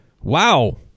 Wow